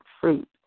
fruit